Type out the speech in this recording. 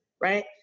right